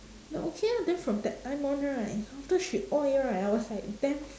then okay lah then from that time on right after she !oi! right I was like damn